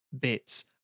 bits